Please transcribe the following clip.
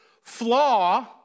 flaw